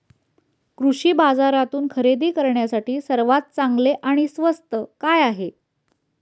कृषी बाजारातून खरेदी करण्यासाठी सर्वात चांगले आणि स्वस्त काय आहे?